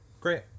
Great